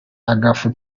agafu